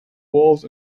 wolves